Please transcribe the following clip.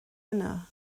yna